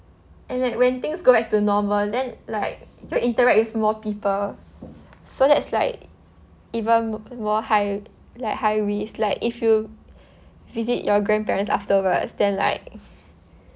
and like when things go back to normal then like you interact with more people so that's like even mo~ more high like high risk like if you visit your grandparents afterwards then like